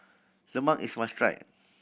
lemang is must try